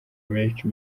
menshi